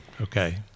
okay